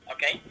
Okay